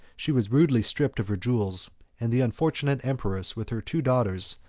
she was rudely stripped of her jewels and the unfortunate empress, with her two daughters,